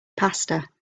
pasta